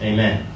Amen